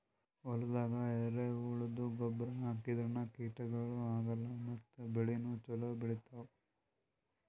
ಹೊಲ್ದಾಗ ಎರೆಹುಳದ್ದು ಗೊಬ್ಬರ್ ಹಾಕದ್ರಿನ್ದ ಕೀಟಗಳು ಆಗಲ್ಲ ಮತ್ತ್ ಬೆಳಿನೂ ಛಲೋ ಬೆಳಿತಾವ್